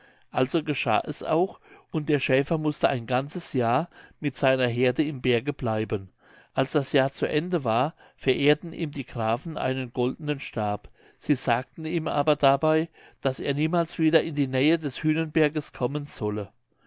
also geschah es auch und der schäfer mußte ein ganzes jahr mit seiner heerde im berge bleiben als das jahr zu ende war verehrten ihm die grafen einen goldenen stab sie sagten ihm aber dabei daß er niemals wieder in die nähe des hühnenberges kommen solle